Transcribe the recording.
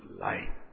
light